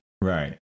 Right